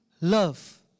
love